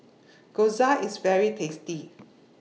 Gyoza IS very tasty